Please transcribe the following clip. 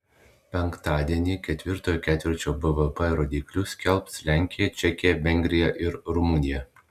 penktadienį ketvirtojo ketvirčio bvp rodiklius skelbs lenkija čekija vengrija ir rumunija